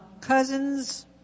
cousins